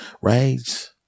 right